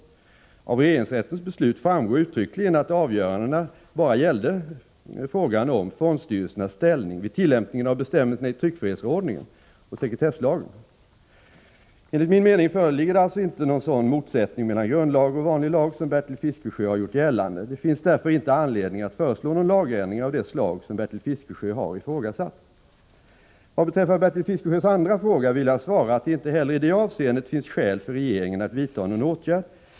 Av regeringsrättens beslut framgår uttryckligen att avgörandena endast gäller frågan om fondstyrelsernas ställning vid tillämpningen av bestämmelserna i tryckfrihetsförordningen och sekretesslagen. Enligt min mening föreligger det alltså inte någon sådan motsättning mellan grundlag och vanlig lag som Bertil Fiskesjö har gjort gällande. Det finns därför inte anledning att föreslå någon lagändring av det slag som Bertil Fiskesjö har ifrågasatt. Vad beträffar Bertil Fiskesjös andra fråga vill jag svara att det inte heller i det avseendet finns skäl för regeringen att vidta någon åtgärd.